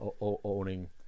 owning